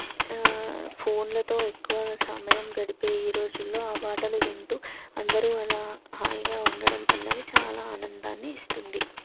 ఫోన్లతో ఎక్కువ సమయం గడిపే ఈ రోజుల్లో ఆ పాటలు వింటూ అందరూ అలా హాయిగా ఉండడం అన్నది చాలా ఆనందాన్ని ఇస్తుంది